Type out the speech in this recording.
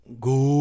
Go